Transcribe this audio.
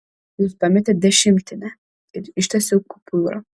jūs pametėt dešimtinę ir ištiesiau kupiūrą